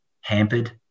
hampered